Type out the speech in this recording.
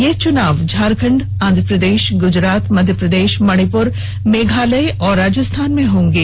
ये च्नाव झारखण्ड आंध्र प्रदेश गुजरात मध्य प्रदेश मणिपूर मेघालय और राजस्थान में होंगे